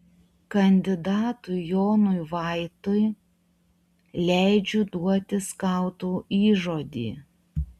kandidatui jonui vaitui leidžiu duoti skautų įžodį